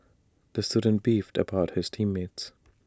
the student beefed about his team mates